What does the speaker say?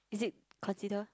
it is consider